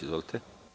Izvolite.